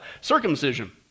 Circumcision